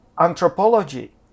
Anthropology